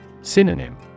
Synonym